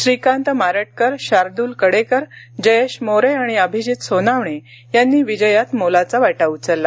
श्रीकांत मारटकर शार्दुल कडेकर जयेश मोरे आणि अभिजित सोनावणे यांनी विजयात मोलाचा वाटा उचलला